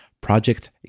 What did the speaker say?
Project